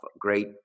great